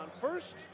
First